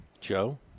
Joe